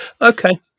okay